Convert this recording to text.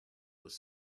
was